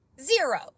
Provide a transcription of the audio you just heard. zero